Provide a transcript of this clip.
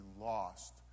lost